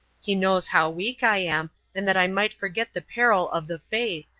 he knows how weak i am, and that i might forget the peril of the faith,